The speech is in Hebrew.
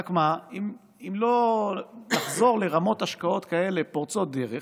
רק שאם לא נחזור לרמות השקעות כאלה פורצות דרך